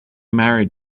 married